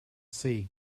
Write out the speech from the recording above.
see